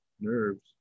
nerves